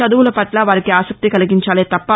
చదువుల పట్ల వారికి ఆసక్తి కలిగించాలే తప్ప